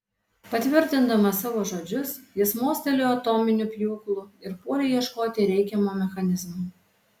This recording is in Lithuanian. patvirtindamas savo žodžius jis mostelėjo atominiu pjūklu ir puolė ieškoti reikiamo mechanizmo